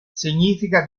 significa